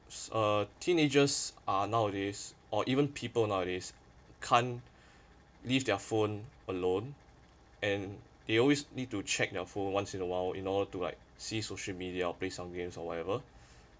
uh teenagers are nowadays or even people nowadays can't leave their phone alone and they always need to check their phone once in a while in order to like see social media or play some games or whatever